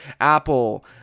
Apple